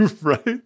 Right